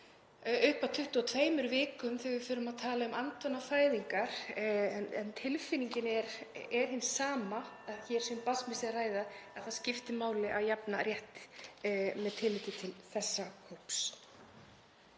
upp að 22 vikum þegar við förum að tala um andvana fæðingar en tilfinningin er hin sama, að hér sé um barnsmissi að ræða — að það skipti máli að jafna rétt með tilliti til þessa hóps.